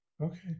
Okay